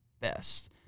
best